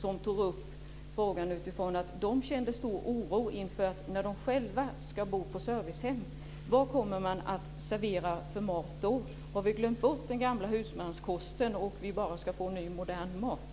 De tog upp frågan utifrån att de kände stor oro för hur det blir när de själva ska bo på servicehem. Vad kommer man att servera för mat då? Har vi glömt bort den gamla husmanskosten så att vi bara får ny, modern mat?